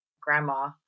grandma